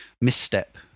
misstep